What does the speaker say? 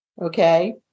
Okay